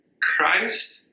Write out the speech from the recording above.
Christ